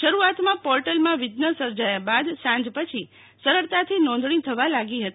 શરૂઆતમાં પોર્ટલમાં વિધ્ન સર્જાયા બાદ સાંજ પછી સરળતાથી નોંધણી થવા લાગી હતી